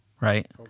right